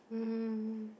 um